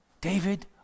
David